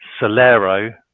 Solero